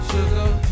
Sugar